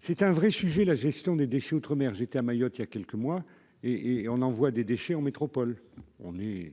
c'est un vrai sujet, la gestion des déchets outre-mer, j'étais à Mayotte, il y a quelques mois et et on envoie des déchets en métropole, on est